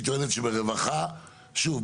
שוב,